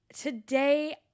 Today